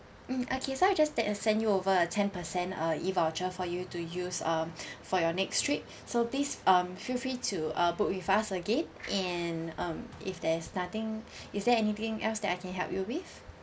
mm okay so I just ta~ uh send you over a ten percent uh E voucher for you to use um for your next trip so please um feel free to uh book with us again and um if there's nothing is there anything else that I can help you with